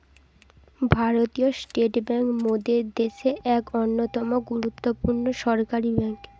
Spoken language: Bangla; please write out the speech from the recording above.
ভারতীয় স্টেট বেঙ্ক মোদের দ্যাশের এক অন্যতম গুরুত্বপূর্ণ সরকারি বেঙ্ক